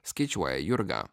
skaičiuoja jurga